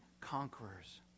conquerors